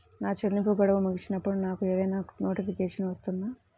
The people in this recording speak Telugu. నా చెల్లింపు గడువు ముగిసినప్పుడు నాకు ఏదైనా నోటిఫికేషన్ వస్తుందా?